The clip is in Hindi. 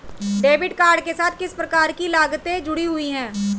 डेबिट कार्ड के साथ किस प्रकार की लागतें जुड़ी हुई हैं?